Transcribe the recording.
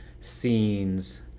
scenes